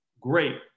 Great